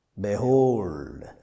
Behold